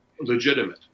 legitimate